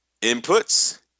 Inputs